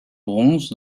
bronze